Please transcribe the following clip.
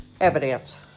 evidence